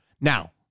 Now